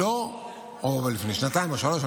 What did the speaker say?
או לפני שנתיים או שלוש שנים,